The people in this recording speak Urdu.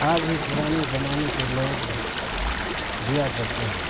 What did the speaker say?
آج بھی پرانے زمانے کے لوگ دیا کرتے ہیں